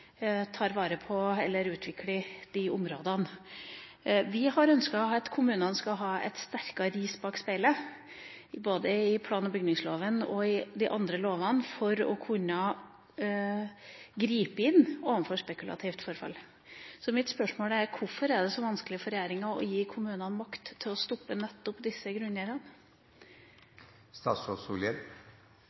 tar vare på eller utvikler disse områdene. Vi har ønsket at kommunene, både i plan- og bygningsloven og i de andre lovene, skal ha et større ris bak speilet for å kunne gripe inn overfor spekulativt forfall. Mitt spørsmål er: Hvorfor er det så vanskelig for regjeringa å gi kommunene makt til å stoppe nettopp disse